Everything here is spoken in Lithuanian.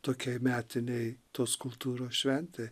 tokiai metinei tos kultūros šventei